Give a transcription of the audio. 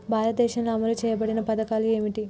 భారతదేశంలో అమలు చేయబడిన పథకాలు ఏమిటి?